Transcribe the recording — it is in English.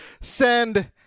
send